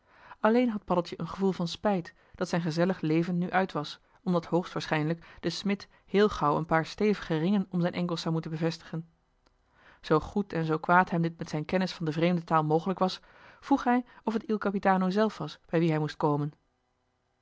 alleen had paddeltje een gevoel van spijt dat zijn gezellig leven nu uit was omdat hoogstwaarschijnlijk de smid heel gauw een paar stevige ringen om zijn enkels zou moeten bevestigen zoo goed en zoo kwaad hem dit met zijn kennis van de vreemde taal mogelijk was vroeg hij of het il capitano zelf was bij wien hij moest komen